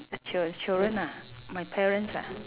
ch~ ch~ children ah my parents ah